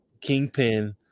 kingpin